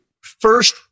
First